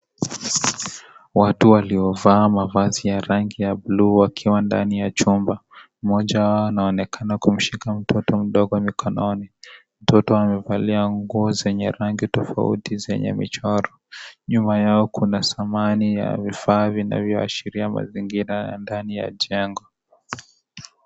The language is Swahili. Watu waliovaa mavazi ya rangi ya buluu wakiwa ndani ya chumba, mmoja wao anaonekana kumshika mtoto mdogo mikononi mtoto amevalia nguo zenye rangi tofauti zenye michoro nyuma yao kuna samani ya vifaa vinavyoashiria mazingira ya ndani ya jengo.